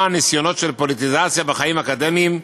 ניסיונות של פוליטיזציה בחיים האקדמיים.